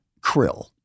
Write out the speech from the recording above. krill